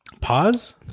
Pause